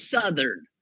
Southern